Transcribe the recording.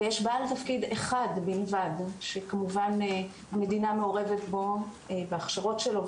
יש בעל תפקיד אחד בלבד שכמובן מדינה בו בהכשרות שלו,